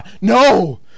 No